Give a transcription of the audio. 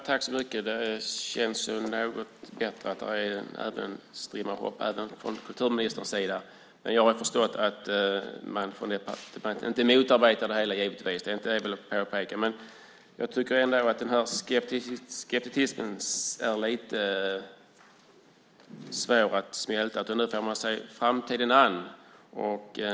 Herr talman! Det känns något bättre att det finns en strimma hopp även från kulturministerns sida. Men jag har förstått att man från departementets sida är något skeptisk, även om man inte direkt motarbetar det hela. Jag tycker ändå att skepticismen är lite svår att smälta. Nu får man se framtiden an.